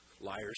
Liars